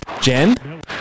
Jen